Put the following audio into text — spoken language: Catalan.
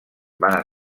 van